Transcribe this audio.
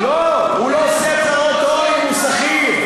לא, הוא לא עושה הצהרות הון, הוא שכיר.